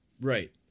Right